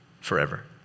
forever